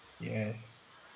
Yes